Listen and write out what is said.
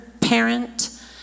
parent